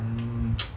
mm